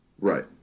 Right